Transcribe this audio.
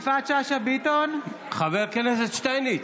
בעד חבר הכנסת שטייניץ,